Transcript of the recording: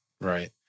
Right